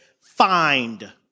find